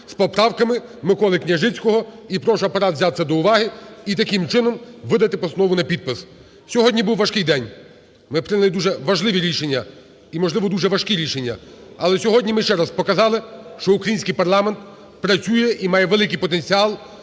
з поправками Миколи Княжицького, і прошу Апарат взяти це до уваги і таким чином видати постанову на підпис. Сьогодні був важкий день. Ми прийняли дуже важливі рішення і, можливо, дуже важкі рішення. Але сьогодні ми ще раз показали, що український парламент працює і має великий потенціал